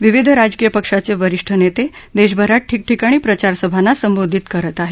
विविध राजकीय पक्षांचे वरीष्ठ नेते देशभरात ठिकठिकाणी प्रचारसभांना संबोधित करत आहेत